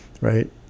right